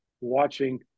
watching